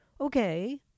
Okay